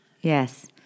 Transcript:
yes